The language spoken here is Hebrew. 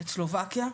את סלובקיה.